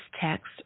text